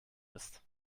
ist